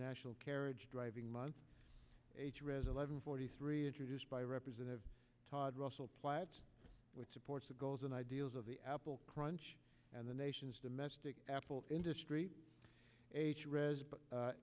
national carriage driving month reza level forty three introduced by representative todd russell platt which supports the goals and ideals of the apple crunch and the nation's domestic apple industry